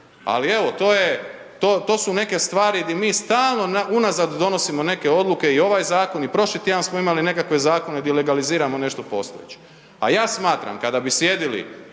Ali evo to je, to su neke stvari di mi stalno unazad donosimo neke odluke i ovaj zakon i prošli tjedan smo imali nekakve zakone di legaliziramo nešto postojeće. A ja smatram kada bi sjedili